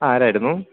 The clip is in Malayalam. ആരായിരുന്നു